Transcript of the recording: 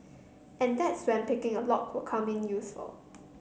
and that's when picking a lock will come in useful